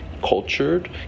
cultured